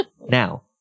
Now